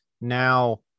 now